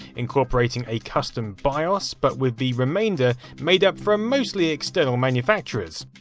incorporating a custom bios, but with the remainder made up from mostly external manufacturers.